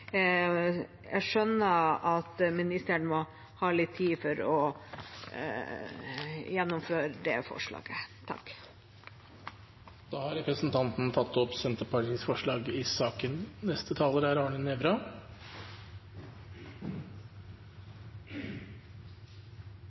Jeg skjønner at statsråden må ha litt tid for å gjennomføre det forslaget. Da har representanten